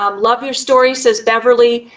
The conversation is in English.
um love your story, says beverly.